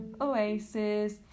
Oasis